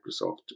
Microsoft